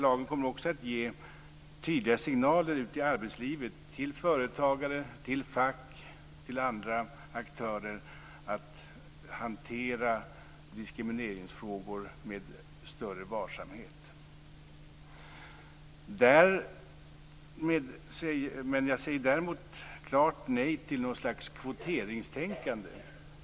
Lagen kommer också att ge tydliga signaler ut i arbetslivet, till företagare, till fack och till andra aktörer, att de skall hantera diskrimineringsfrågor med större varsamhet. Jag säger däremot klart nej till något slags kvoteringstänkande.